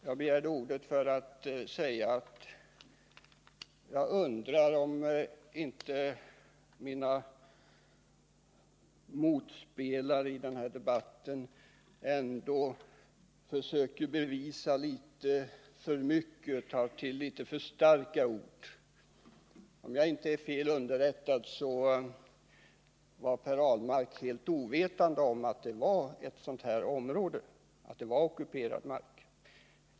Jag begärde ordet för att säga att jag undrar om inte ändå mina motspelare i denna debatt tar till litet för starka ord och försöker bevisa litet för mycket. Om jag inte är fel underrättad var Per Ahlmark helt ovetande om att det område som det gällde var ockuperad mark.